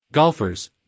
Golfers